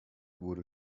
wurde